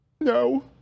No